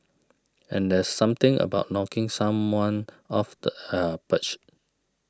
and there's something about knocking someone off their perch